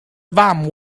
fam